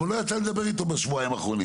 אבל לא יצא לי לדבר איתו בשבועיים האחרונים.